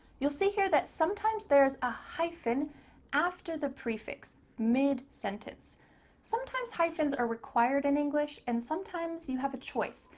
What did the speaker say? you'll see here that sometimes there's a hyphen after the prefix, mid-sentence. sometimes hyphens are required an english and sometimes you have a choice.